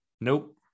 Nope